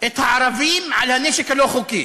את הערבים על הנשק הלא-חוקי.